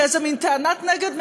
כאיזו מין טענת נגד משונה,